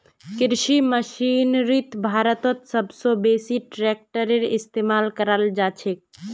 कृषि मशीनरीत भारतत सब स बेसी ट्रेक्टरेर इस्तेमाल कराल जाछेक